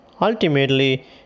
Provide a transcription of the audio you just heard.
ultimately